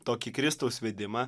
tokį kristaus vedimą